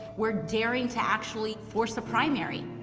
we're daring to actually force the primary.